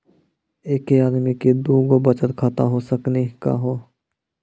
एके आदमी के दू गो बचत खाता हो सकनी का हो?